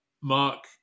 Mark